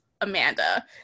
amanda